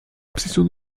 obsession